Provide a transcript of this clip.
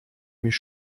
mich